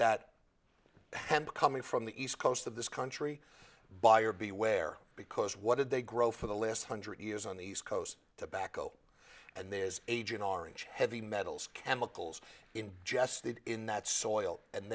hemp coming from the east coast of this country buyer beware because what did they grow for the last hundred years on the east coast tobacco and there is agent orange heavy metals chemicals in just the in that soil and